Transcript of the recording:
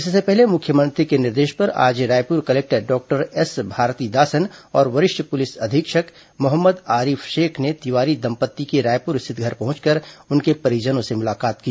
इससे पहले मुख्यमंत्री के निर्देश पर आज Raipur collector doctor S Bharathidasan और वरिष्ठ पुलिस अधीक्षक मोहम्मद आरिफ शेख ने तिवारी दंपत्ति के रायपुर स्थित घर पहुंचकर उनके परिवारजनों से मुलाकात की